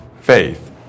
faith